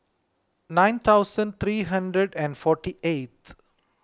nine thousand three hundred and forty eighth